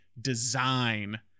design